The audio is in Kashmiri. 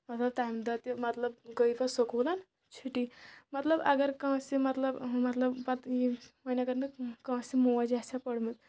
مطلب تَمہِ دۄہ تہِ مطلب گٔیے پَتہٕ سکوٗلَن چھٹی مطلب اگر کٲنٛسِہ مطلب مطلب پَتہٕ یِم وۄنۍ اگر نہٕ کٲنٛسِہ موج آسہِ ہا پٔرمٕژ